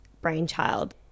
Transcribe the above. brainchild